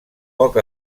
poc